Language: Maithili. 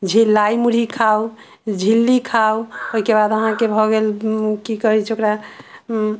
झिल्लाइ मुरही खाउ झिल्ली खाउ ओहिके बाद अहाँके भऽ गेल कि कहै छै ओकरा